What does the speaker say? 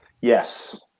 Yes